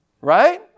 Right